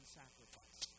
sacrifice